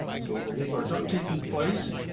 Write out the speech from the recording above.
so we'll leave our duct tape in place.